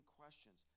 questions